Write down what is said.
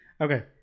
Okay